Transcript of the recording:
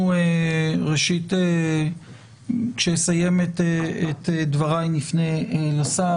אנחנו, ראשית, כשאסיים את דבריי, נפנה לשר.